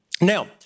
Now